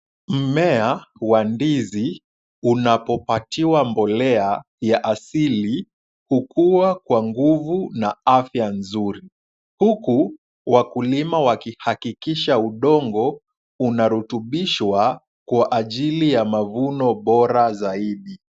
Mmea wa ndizi unapopatiwa mbolea ya asili hukua kwa nguvu na afya nzuri, huku wakulima wakihakikisha udongo una rutubishwa kwa ajili ya mavuno bora zaidi.